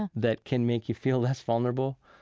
ah that can make you feel less vulnerable.